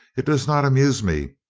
it does not amuse me,